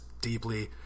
deeply